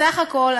בסך הכול,